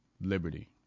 Liberty